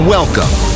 Welcome